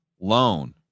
loan